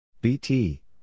BT